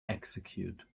execute